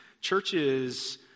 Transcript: churches